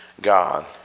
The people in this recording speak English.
God